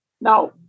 Now